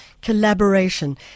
collaboration